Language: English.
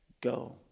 go